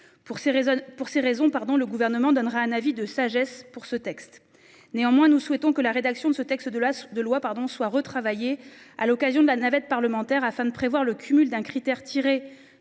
pour ces raisons pardon le gouvernement donnera un avis de sagesse pour ce texte. Néanmoins, nous souhaitons que la rédaction de ce texte de la de lois pardon soit retravaillé à l'occasion de la navette parlementaire afin de prévoir le cumul d'un critère tirés